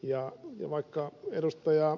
ja vaikka ed